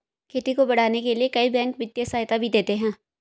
खेती को बढ़ाने के लिए कई बैंक वित्तीय सहायता भी देती है